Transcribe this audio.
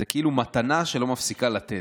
זאת כאילו מתנה שלא מפסיקה לתת.